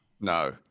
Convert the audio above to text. No